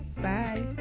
Bye